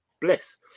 Bless